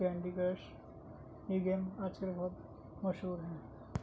candy crush یہ game آج کل بہت مشہور ہیں